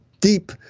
deep